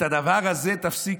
את הדבר הזה תפסיקו.